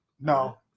No